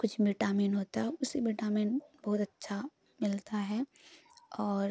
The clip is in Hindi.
कुछ विटामिन होता है उसे बिटामिन बहुत अच्छा मिलता है और